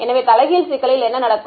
எனவே தலைகீழ் சிக்கலில் என்ன நடக்கும்